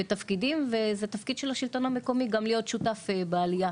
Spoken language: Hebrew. וזה תפקיד של השלטון המקומי להיות שותף בעליה,